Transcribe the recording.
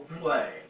play